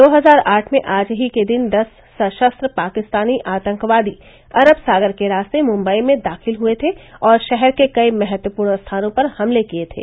दो हजार आठ में आज ही के दिन दस सशस्त्र पाकिस्तानी आतंकवादी अरब सागर के रास्ते मुंबई में दाखिल हुए थे और शहर के कई महत्वपूर्ण स्थानों पर हमले किये थे